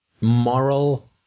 moral